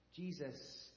Jesus